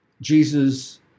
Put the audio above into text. Jesus